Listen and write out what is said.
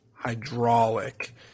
hydraulic